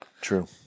True